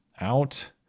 out